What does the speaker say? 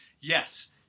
yes